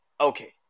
Okay